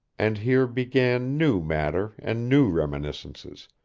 and here began new matter and new reminiscences,